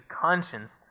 conscience